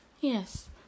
Yes